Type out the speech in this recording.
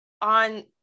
on